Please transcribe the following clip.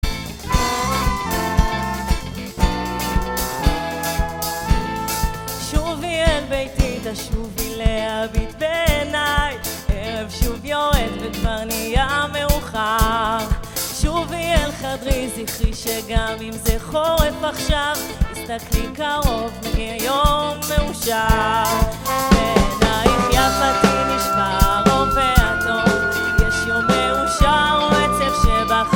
שובי אל ביתי תשובי להביט בעיניי ערב שוב יורד וכבר נהיה מאוחר שובי אל חדרי זכרי שגם אם זה חורף עכשיו הסתכלי קרוב מגיע יום מאושר בעינייך יפתי נשמר האור והתום יש יום מאושר או עצב שבא ח..